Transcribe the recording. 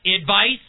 Advice